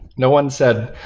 no one said,